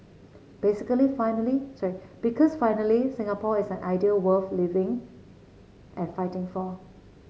basically finally sorry because finally Singapore is an idea worth living and fighting for